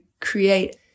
create